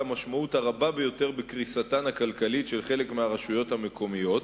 המשמעות הרבה ביותר בקריסתן הכלכלית של חלק מהרשויות המקומיות,